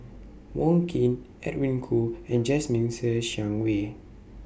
Wong Keen Edwin Koo and Jasmine Ser Xiang Wei